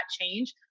change